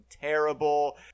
terrible